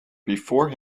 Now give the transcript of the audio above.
before